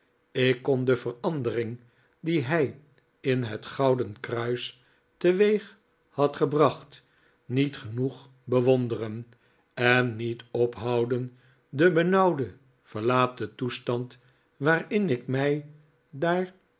ik kon de verandering die hij in het gouden kruis teweeg had gebracht niet genoeg bewonderen en niet ophouden den benauwden verlaten toestand waarin ik mij daar